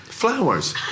Flowers